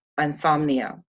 insomnia